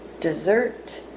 dessert